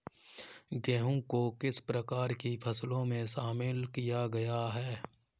गेहूँ को किस प्रकार की फसलों में शामिल किया गया है?